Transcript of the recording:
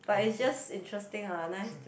but it's just interesting ah nice to